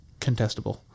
contestable